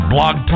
Blog